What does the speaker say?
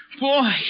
Boy